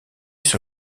sur